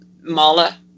Mala